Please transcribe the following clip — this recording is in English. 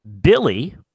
Billy